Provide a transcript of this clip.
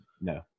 No